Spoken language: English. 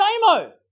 Damo